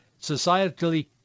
societally